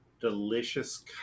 Delicious